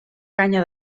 canya